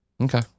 Okay